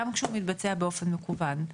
גם כשהוא מתבצע באופן מקוון.